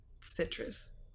citrus